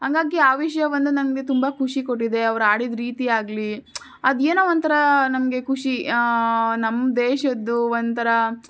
ಹಂಗಾಗಿ ಆ ವಿಷಯ ಒಂದು ನಮಗೆ ತುಂಬ ಖುಷಿ ಕೊಟ್ಟಿದೆ ಅವರು ಆಡಿದ ರೀತಿಯಾಗಲಿ ಅದು ಏನೋ ಒಂಥರ ನಮಗೆ ಖುಷಿ ನಮ್ಮ ದೇಶದ್ದು ಒಂಥರ